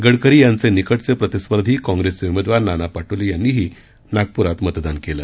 गडकरी यांचे निकटचे प्रतिस्पर्धी काँप्रेसचे उमेदवार नाना पाटोले यांनीही नागपुरमधे मतदान केलं